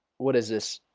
what is this?